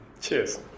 Cheers